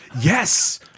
Yes